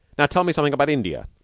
now tell me something about india,